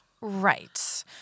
Right